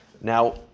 Now